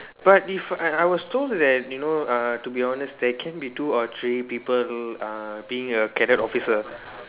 but if I I was told that you know uh to be honest there can be two or three people uh being a cadet officer